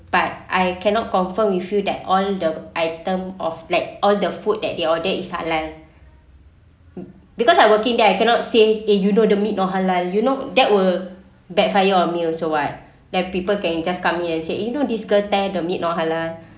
but I cannot confirm you feel that all the item of like all the food that they order is halal because I working that I cannot say eh you know the meat not halal you know that will backfire on me also what that people can you just come here and said you know this girl tell the meat not halal